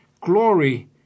glory